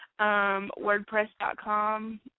WordPress.com